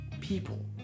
People